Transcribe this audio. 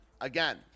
again